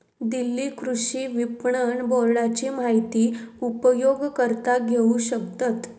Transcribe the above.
दिल्ली कृषि विपणन बोर्डाची माहिती उपयोगकर्ता घेऊ शकतत